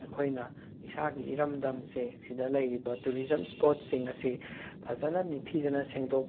ꯑꯩꯈꯣꯏꯅ ꯏꯁꯥꯒꯤ ꯏꯔꯝꯗꯝꯁꯦ ꯁꯤꯗ ꯂꯩꯔꯤꯕ ꯇꯨꯔꯤꯖꯝ ꯏꯁꯄꯣꯠꯁꯤꯡ ꯑꯁꯤ ꯐꯖꯅ ꯅꯤꯡꯊꯤꯖꯅ ꯁꯦꯡꯗꯣꯛ